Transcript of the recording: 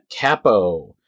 Capo